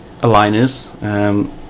Aligners